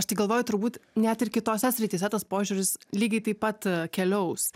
aš tai galvoju turbūt net ir kitose srityse tas požiūris lygiai taip pat keliaus